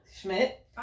Schmidt